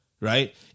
right